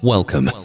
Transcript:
Welcome